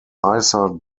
lisa